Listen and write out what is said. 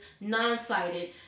non-sighted